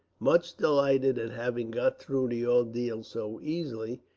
much delighted at having got through the ordeal so easily,